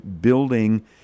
building